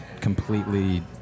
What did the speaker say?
completely